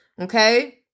Okay